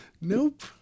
Nope